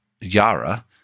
Yara